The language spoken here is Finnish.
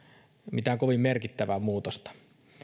mitään kovin merkittävää muutosta